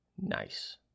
Nice